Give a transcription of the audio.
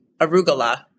arugula